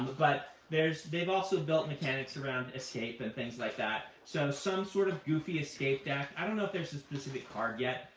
but they've also built mechanics around escape and things like that, so some sort of goofy escape deck. i don't know if there's a specific card yet.